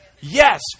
Yes